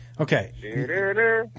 Okay